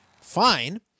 Fine